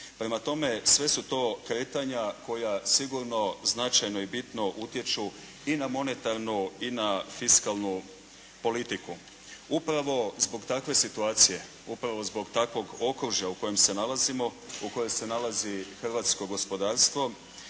Prema tome sve su to kretanja koja sigurno značajno i bitno utječu i na monetarnu i na fiskalnu politiku. Upravo zbog takve situacije, upravo zbog takvog okružja u kojem se nalazimo, u kojem se nalazi hrvatsko gospodarstvo,